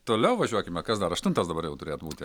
toliau važiuokime kas dar aštuntas dabar jau turėtų būti